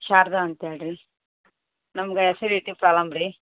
ಶಾರದ ಅಂತೇಳಿ ರೀ ನಮಗೆ ಎಸಿಡಿಟಿ ಪ್ರಾಬ್ಲಮ್ ರೀ